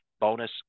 bonus